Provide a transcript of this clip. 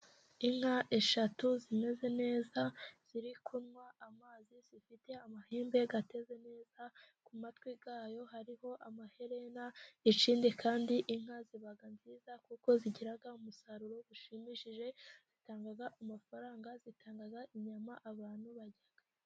Inka eshatu zimeze neza ziri kunywa amazi zifite amahembe ateze neza ku matwi yazo hariho amaherena, ikindi kandi inka ziba nziza kuko zigira umusaruro ushimishije zitanga amafaranga, zitanga inyama abantu barya.